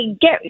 get